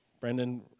Brendan